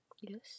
Yes